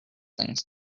things